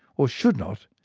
or should not,